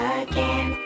again